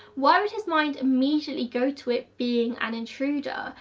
why would his mind immediately go to it being an intruder?